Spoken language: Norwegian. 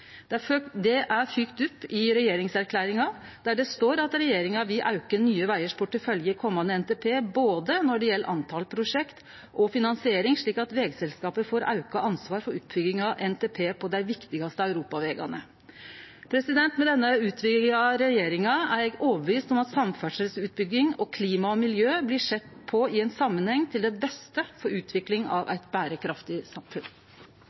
porteføljen sin. Dette er fylgt opp i regjeringserklæringa, der det står at regjeringa vil auke Nye Vegars portefølje i den komande NTP-en, når det gjeld både talet på prosjekt og finansiering, slik at vegselskapet får auka ansvar for utbygginga av NTP på dei viktigaste europavegane. Med denne utvida regjeringa er eg overtydd om at samferdselsutbygging og klima og miljø blir sett på i ein samanheng til det beste for utvikling av eit berekraftig samfunn.